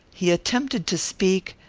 he attempted to speak,